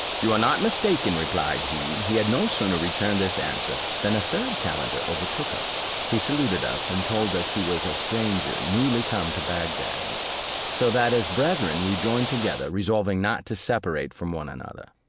you are not mistaken, replied he. he had no sooner returned this answer, than a third calender overtook us. he saluted us, and told us he was a stranger newly come to bagdad so that as brethren we joined together, resolving not to separate from one another.